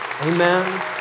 Amen